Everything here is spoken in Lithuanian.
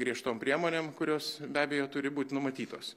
griežtom priemonėm kurios be abejo turi būt numatytos